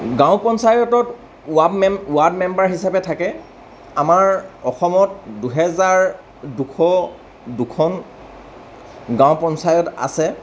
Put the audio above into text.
গাঁও পঞ্চায়তত ৱাদ ৱাৰ্ড মেম্বাৰ হিচাপে থাকে আমাৰ অসমত দুহেজাৰ দুশ দুখন গাঁও পঞ্চায়ত আছে